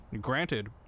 Granted